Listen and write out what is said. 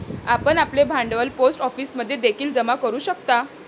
आपण आपले भांडवल पोस्ट ऑफिसमध्ये देखील जमा करू शकता